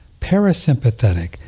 parasympathetic